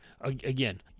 Again